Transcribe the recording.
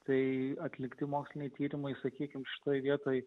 tai atlikti moksliniai tyrimai sakykime štai vietoj